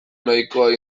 nahikoa